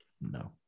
No